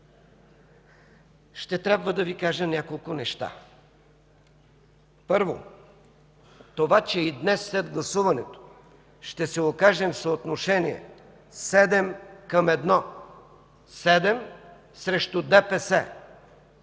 ще трябва да Ви кажа няколко неща. Първо, това, че и днес след гласуването ще се окажем в съотношение седем към едно, седем срещу ДПС